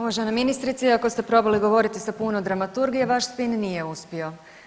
Uvažena ministrice, iako ste probali govoriti sa puno dramaturgije, vaš spin nije uspio.